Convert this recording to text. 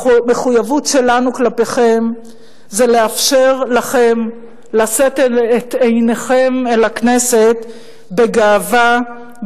והמחויבות שלנו כלפיכם זה לאפשר לכם לשאת את עיניכם אל הכנסת בגאווה,